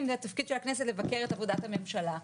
- זה התפקיד של הכנסת לבקר את עבודת הממשלה.